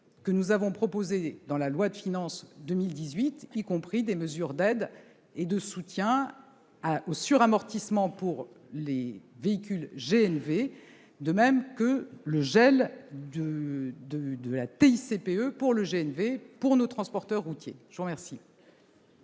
que nous avons proposé dans la loi de finances pour 2018 des mesures d'aide et de soutien au suramortissement pour les véhicules GNV et le gel de la TICPE pour le GNV de nos transporteurs routiers. La parole